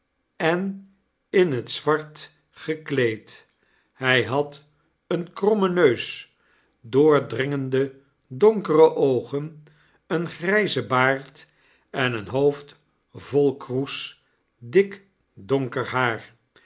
en in het zwart gekleed hij had een kroramen neus doordringende donkere oogen een grijzen baardeneen hoofd vol kroes dik donker haar